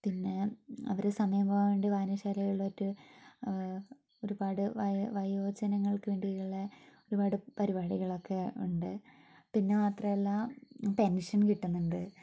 പിന്നെ അവർ സമയം പോകാൻ വേണ്ടി വായനശാലകളിൽ ആയിട്ട് ഒരുപാട് വയോജനങ്ങൾക്ക് വേണ്ടിയുള്ള ഒരുപാട് പരിപാടികളൊക്കെ ഉണ്ട് പിന്ന മാത്രമല്ല പെൻഷൻ കിട്ടുന്നുണ്ട്